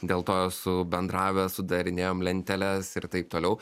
dėl to esu bendravęs sudarinėjom lenteles ir taip toliau